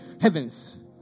heavens